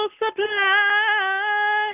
supply